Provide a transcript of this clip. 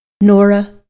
nora